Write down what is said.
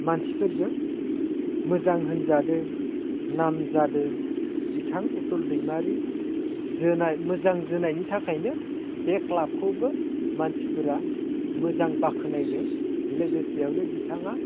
मानसिफोरजों मोजां होनजादों नाम जादों बिथां उथुल दैमारि जोनाय मोजां जोनायनि थाखायनो बे क्लाबखौबो मानसिफोरा मोजां बाख्नायदों लोगोसेयावनो बिथाङा